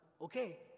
okay